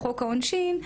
בחוק העונשין,